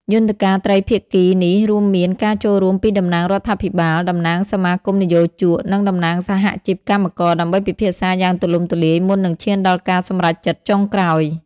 យន្តការត្រីភាគីនេះរួមមានការចូលរួមពីតំណាងរដ្ឋាភិបាល តំណាងសមាគមនិយោជក និងតំណាងសហជីពកម្មករ ដើម្បីពិភាក្សាយ៉ាងទូលំទូលាយមុននឹងឈានដល់ការសម្រេចចិត្តចុងក្រោយ។